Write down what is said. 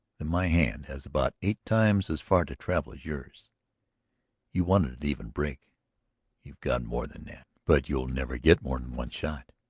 that my hand has about eight times as far to travel as yours. you wanted an even break you've got more than that. but you'll never get more than one shot.